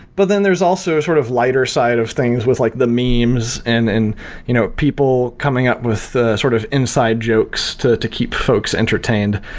but then there's also sort of lighter side of things with like the memes and in you know people coming up with sort of inside jokes to to keep folks entertained.